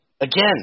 again